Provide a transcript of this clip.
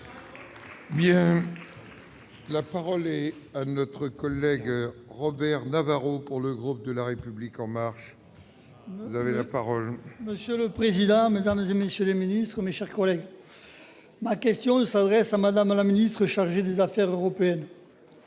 La parole est à M. Robert Navarro, pour le groupe La République en marche. Monsieur le président, mesdames, messieurs les ministres, mes chers collègues, ma question s'adresse à Mme la ministre chargée des affaires européennes.